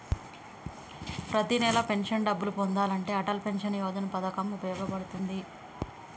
ప్రతి నెలా పెన్షన్ డబ్బులు పొందాలంటే అటల్ పెన్షన్ యోజన పథకం వుపయోగ పడుతుంది